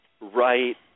right